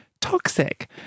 toxic